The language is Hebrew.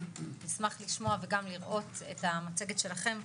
נשמח לשמוע וגם לראות את המצגת שלכם.